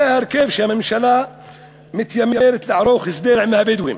זה ההרכב שהממשלה מתיימרת לערוך בו הסדר עם הבדואים.